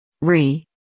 re